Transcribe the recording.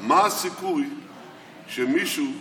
מה הסיכוי שמישהו,